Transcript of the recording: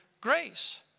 grace